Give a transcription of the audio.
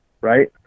right